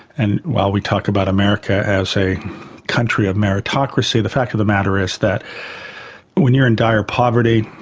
and while we talk about america as a country of meritocracy, the fact of the matter is that when you're in dire poverty,